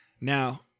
Now